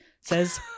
says